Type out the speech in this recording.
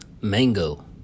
mango